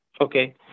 okay